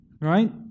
right